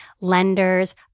lenders